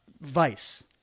Vice